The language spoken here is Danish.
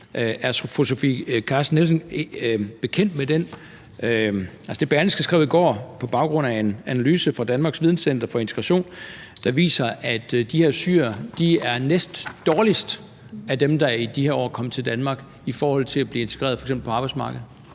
Carsten Nielsen bekendt med det, som Berlingske skrev i går på baggrund af en analyse fra Danmarks Videncenter for Integration, der viser, at de her syrere er de næstdårligste af dem, der i de her år er kommet til Danmark, i forhold til f.eks. at blive integreret på arbejdsmarkedet?